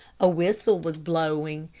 a whistle was blowing,